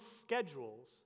schedules